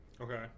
okay